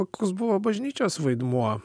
koks buvo bažnyčios vaidmuo